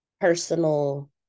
personal